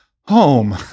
home